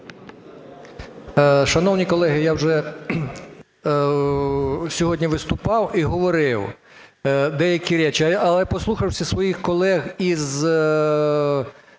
Дякую.